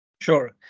Sure